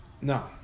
No